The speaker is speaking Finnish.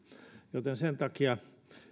joten sen takia